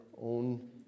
own